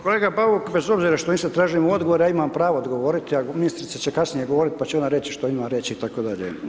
Kolega Bauk bez obzira što nisam tražen u odgovor ja imam pravo odgovoriti, a ministrica će kasnije govorit pa će ona reć šta ima reći itd.